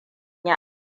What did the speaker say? ya